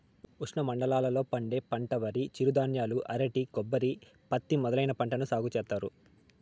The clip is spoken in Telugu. ఉష్ణమండలాల లో పండే పంటలువరి, చిరుధాన్యాలు, అరటి, కొబ్బరి, పత్తి మొదలైన పంటలను సాగు చేత్తారు